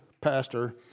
pastor